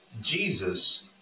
Jesus